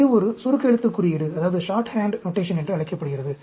இது ஒரு சுருக்கெழுத்து குறியீடு என்று அழைக்கப்படுகிறது